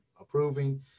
approving